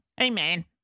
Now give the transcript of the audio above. Amen